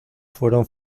fueron